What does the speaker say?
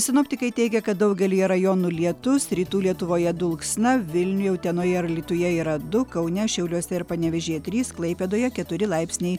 sinoptikai teigia kad daugelyje rajonų lietus rytų lietuvoje dulksna vilniuje utenoje ir alytuje yra du kaune šiauliuose ir panevėžyje trys klaipėdoje keturi laipsniai